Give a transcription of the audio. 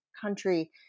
country